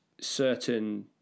certain